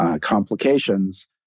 complications